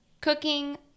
cooking